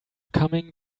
coming